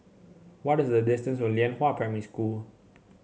what is the distance to Lianhua Primary School